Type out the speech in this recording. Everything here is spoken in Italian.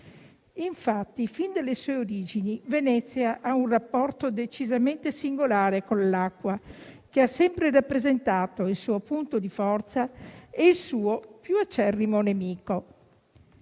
Infatti, fin dalle sue origini, Venezia ha un rapporto decisamente singolare con l'acqua, che ha sempre rappresentato il suo punto di forza e il suo più acerrimo nemico.